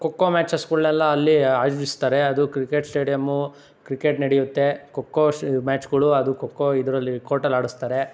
ಖೊ ಖೋ ಮ್ಯಾಚಸ್ಗಳ್ನೆಲ್ಲ ಅಲ್ಲಿ ಆಯೋಜಿಸ್ತಾರೆ ಅದು ಕ್ರಿಕೆಟ್ ಸ್ಟೇಡಿಯಮ್ಮು ಕ್ರಿಕೆಟ್ ನಡಿಯುತ್ತೆ ಖೊ ಖೋ ಶ್ ಮ್ಯಾಚ್ಗಳು ಅದು ಖೊ ಖೋ ಇದರಲ್ಲಿ ಕೋರ್ಟಲ್ಲಿ ಆಡಿಸ್ತಾರೆ